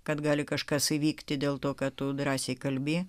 kad gali kažkas įvykti dėl to ką tu drąsiai kalbi